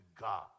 God